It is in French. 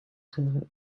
travaillent